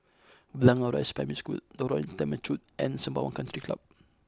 Blangah Rise Primary School Lorong Temechut and Sembawang Country Club